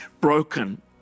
broken